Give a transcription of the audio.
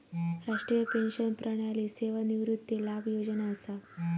राष्ट्रीय पेंशन प्रणाली सेवानिवृत्ती लाभ योजना असा